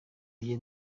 bagiye